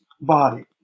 body